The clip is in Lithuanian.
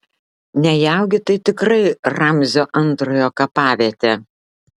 nejaugi tai tikrai ramzio antrojo kapavietė